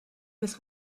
this